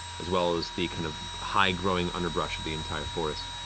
as well as the kind of high-growing underbrush of the entire forest.